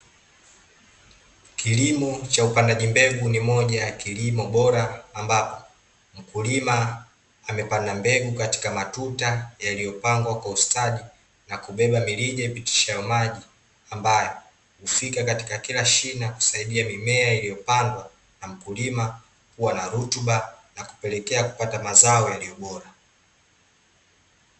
Kilimo cha upandaji mbegu ni moja ya kilimo bora ambapo, mkulima amepanda mbegu katika matuta yaliyopangwa kwa ustadi na kubeba mirija ipitishayo maji ambayo, hufika katika kila shina kusaidia mimea iliyopandwa na mkulima kuwa na rutuba na kupelekea kupata mazao yaliyo bora.